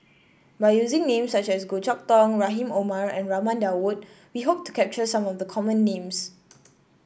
by using names such as Goh Chok Tong Rahim Omar and Raman Daud we hope to capture some of the common names